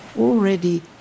already